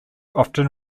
often